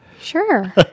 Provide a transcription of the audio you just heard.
Sure